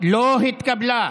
לא התקבלה.